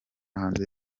hanze